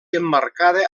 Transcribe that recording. emmarcada